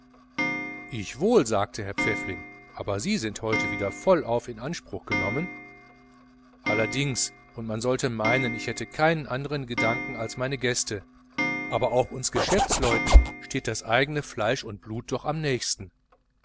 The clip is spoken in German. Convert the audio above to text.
ich wohl sagte herr pfäffling aber sie sind heute wieder vollauf in anspruch genommen allerdings und man sollte meinen ich hätte keinen anderen gedanken als meine gäste aber auch uns geschäftsleuten steht das eigene fleisch und blut doch am nächsten